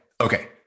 Okay